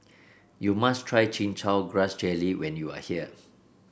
you must try Chin Chow Grass Jelly when you are here